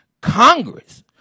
Congress